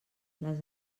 les